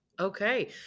Okay